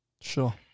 Sure